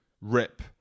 rip